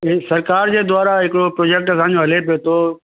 ऐं सरिकारि जे द्वारा हिकिड़ो प्रोजेक्ट असांजो हले पियो थो